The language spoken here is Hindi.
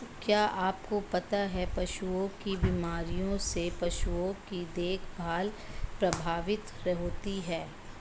क्या आपको पता है पशुओं की बीमारियों से पशुओं की देखभाल प्रभावित होती है?